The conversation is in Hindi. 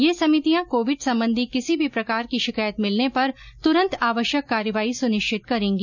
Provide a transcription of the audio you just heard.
ये समितियां कोविड संबंधी किसी भी प्रकार की शिकायत मिलने पर तुरन्त आवश्यक कार्रवाई सुनिश्चित करेंगी